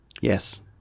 Yes